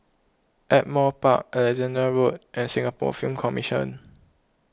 Ardmore Park Alexandra Road and Singapore Film Commission